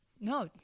No